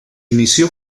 inició